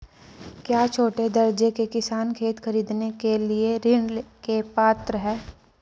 क्या छोटे दर्जे के किसान खेत खरीदने के लिए ऋृण के पात्र हैं?